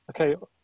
okay